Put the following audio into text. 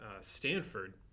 Stanford